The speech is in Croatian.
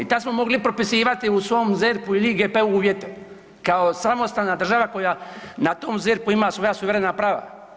I tad smo mogli propisivati u svom ZERP-u ili IGP-u uvjete kao samostalna država koja na tom ZERP-u ima svoja suverena prava.